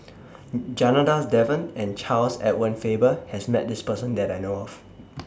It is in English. Janadas Devan and Charles Edward Faber has Met This Person that I know of